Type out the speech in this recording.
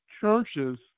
churches